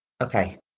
Okay